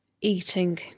Eating